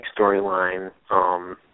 storyline